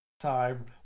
time